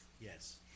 Yes